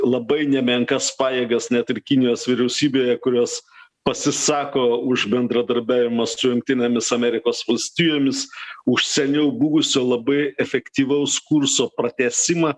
labai nemenkas pajėgas net ir kinijos vyriausybėje kurios pasisako už bendradarbiavimą su jungtinėmis amerikos valstijomis užsieniu buvusio labai efektyvaus kurso pratęsimą